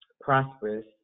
Prosperous